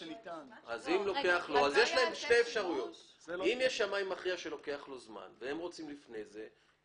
אם יש שמאי מכריע שלוקח לו זמן והם רוצים לפני זה,